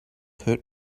hurt